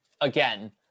again